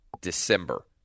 December